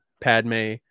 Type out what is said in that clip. Padme